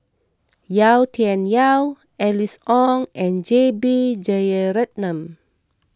Yau Tian Yau Alice Ong and J B Jeyaretnam